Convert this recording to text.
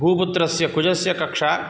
भूपुत्रस्य कुजस्य कक्षा